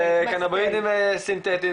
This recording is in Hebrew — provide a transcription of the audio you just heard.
לקנבינואידים סינתטיים,